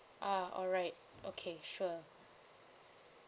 ah alright okay sure